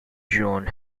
jean